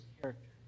character